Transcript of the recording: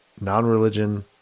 non-religion